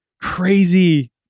crazy